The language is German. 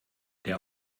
der